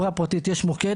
פנה